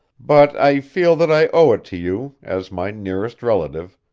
but i feel that i owe it to you, as my nearest relative,